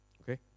Okay